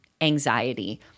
anxiety